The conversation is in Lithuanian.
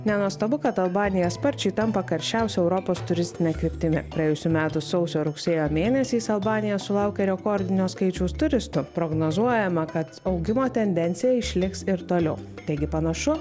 nenuostabu kad albanija sparčiai tampa karščiausia europos turistine kryptimi praėjusių metų sausio rugsėjo mėnesiais albanija sulaukė rekordinio skaičiaus turistų prognozuojama kad augimo tendencija išliks ir toliau taigi panašu